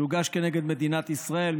שהוגש כנגד מדינת ישראל,